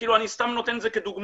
כאילו אני סתם נותן את זה כדוגמה,